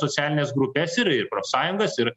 socialines grupes ir ir profsąjungas ir